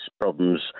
problems